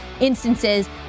instances